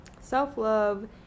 self-love